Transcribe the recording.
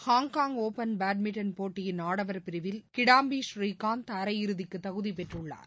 Hong Kong open badminton போட்டியின் ஆடவர் பிரிவில் கிடாம்பி ஸ்ரீகாந்த் அரையிறுதிக்கு தகுதி பெற்றுள்ளார்